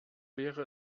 wäre